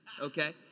okay